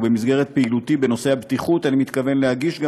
ובמסגרת פעילותי בנושא הבטיחות אני מתכוון להגיש גם